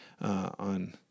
on